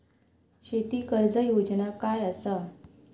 शेती कर्ज योजना काय असा?